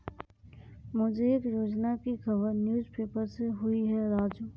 मुझे एक योजना की खबर न्यूज़ पेपर से हुई है राजू